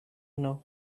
know